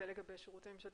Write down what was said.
זה לגבי שירותים.